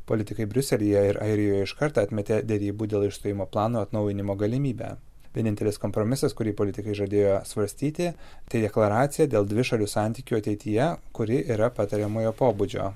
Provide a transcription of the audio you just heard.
politikai briuselyje ir airijoje iškart atmetė derybų dėl išstojimo plano atnaujinimo galimybę vienintelis kompromisas kurį politikai žadėjo svarstyti tai deklaracija dėl dvišalių santykių ateityje kuri yra patariamojo pobūdžio